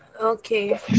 okay